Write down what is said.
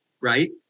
Right